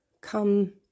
come